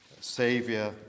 Savior